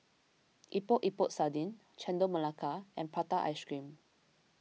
Epok Epok Sardin Chendol Melaka and Prata Ice Cream